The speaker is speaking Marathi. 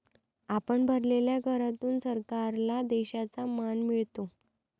आपण भरलेल्या करातून सरकारला देशाचा मान मिळतो